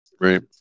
right